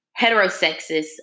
heterosexist